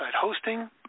hosting